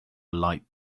light